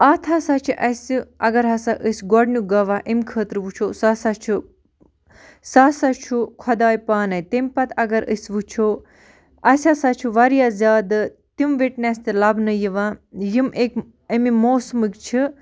اَتھ ہَسا چھِ اَسہِ اگر ہَسا أسۍ گۄڈٕنیُک گواہ اَمہِ خٲطرٕ وٕچھو سُہ ہَسا چھُ سُہ ہَسا چھُ خۄداے پانَے تَمہِ پَتہٕ اگر أسۍ وٕچھو اَسہِ ہَسا چھُ واریاہ زیادٕ تِم وِٹنٮ۪س تہِ لَبنہٕ یِوان یِم أکۍ اَمہِ موسمٕکۍ چھِ